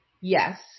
yes